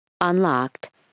Unlocked